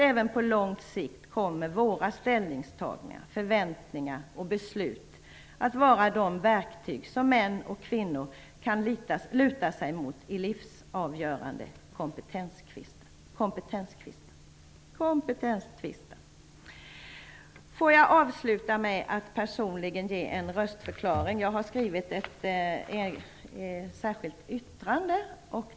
Även på lång sikt kommer våra ställningstaganden, förväntningar och beslut att vara de verktyg som män och kvinnor kan luta sig mot i livsavgörande kompetenstvister. Jag har skrivit ett särskilt yttrande.